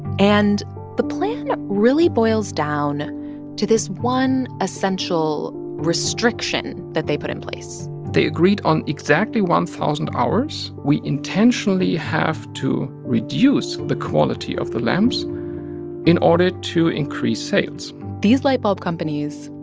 and the plan really boils down to this one essential restriction that they put in place they agreed on exactly one thousand hours. we intentionally have to reduce the quality of the lamps in order to increase sales these light bulb companies,